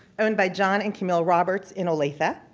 owned by jon and camille roberts in olathe.